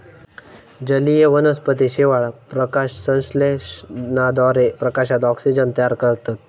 जलीय वनस्पती शेवाळ, प्रकाशसंश्लेषणाद्वारे प्रकाशात ऑक्सिजन तयार करतत